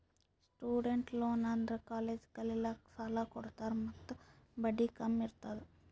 student loan ಅಂದುರ್ college ಕಲಿಲ್ಲಾಕ್ಕ್ ಸಾಲ ಕೊಡ್ತಾರ ಮತ್ತ ಬಡ್ಡಿ ಕಮ್ ಇರ್ತುದ್